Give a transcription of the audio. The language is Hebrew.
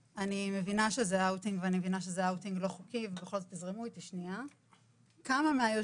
שמואל הירשמן עוד מעט וגיל זלצמן יגידו ויספרו כאן איך